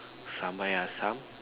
sambal air asam